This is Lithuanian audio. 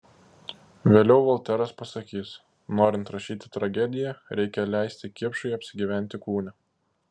vėliau volteras pasakys norint rašyti tragediją reikia leisti kipšui apsigyventi kūne